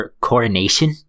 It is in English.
coronation